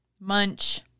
Munch